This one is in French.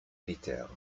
militaires